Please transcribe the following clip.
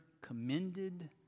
commended